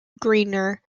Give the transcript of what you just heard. greener